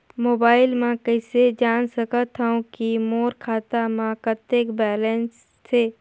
Mobile म कइसे जान सकथव कि मोर खाता म कतेक बैलेंस से?